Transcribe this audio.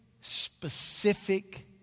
specific